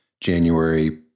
January